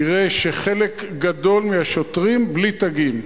יראה שחלק גדול מהשוטרים בלי תגים.